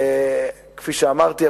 כפי שאמרתי,